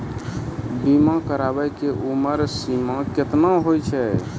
बीमा कराबै के उमर सीमा केतना होय छै?